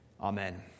amen